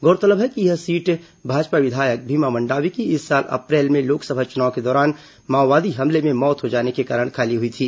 गौरतलब है कि यह सीट भाजपा विधायक भीमा मंडावी की इस साल अप्रैल में लोकसभा चुनाव के दौरान माओवादी हमले में मौत हो जाने के कारण खाली हुई थी